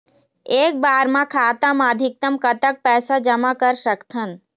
एक बार मा खाता मा अधिकतम कतक पैसा जमा कर सकथन?